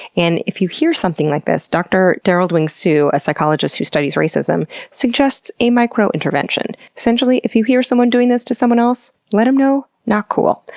and if you hear something like this, dr. derald wing sue, a psychologist who studies racism, suggests a micro intervention. essentially, if you hear someone doing this to someone else, let them know not cool.